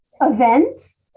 events